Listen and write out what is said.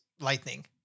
lightning